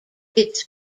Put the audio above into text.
its